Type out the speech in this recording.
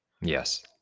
Yes